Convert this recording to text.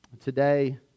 Today